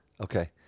Okay